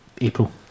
April